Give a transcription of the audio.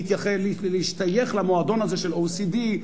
להשתייך למועדון הזה של OECD,